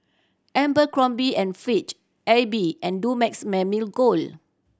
Abercrombie and Fitch Aibi and Dumex Mamil Gold